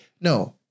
No